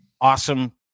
Awesome